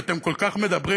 ואתם כל כך מדברים,